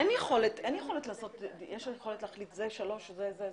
יש לנו פה בקשה מישראלה מני,